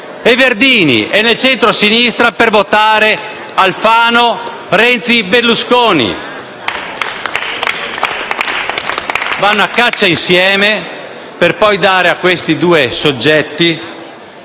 e Verdini e nel centro sinistra per votare Alfano, Renzi e Berlusconi. Vanno a caccia insieme per poi dare a questi due soggetti